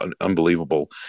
unbelievable